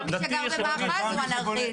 כל מי שגר במאחז הוא אנרכיסט.